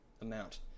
amount